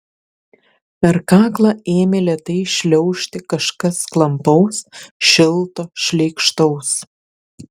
per kaklą ėmė lėtai šliaužti kažkas klampaus šilto šleikštaus